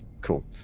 Cool